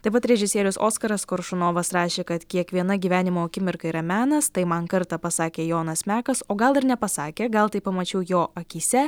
taip pat režisierius oskaras koršunovas rašė kad kiekviena gyvenimo akimirka yra menas tai man kartą pasakė jonas mekas o gal ir nepasakė gal tai pamačiau jo akyse